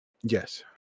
Yes